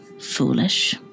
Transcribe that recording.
foolish